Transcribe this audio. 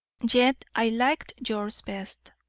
yet i liked yours best,